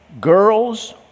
Girls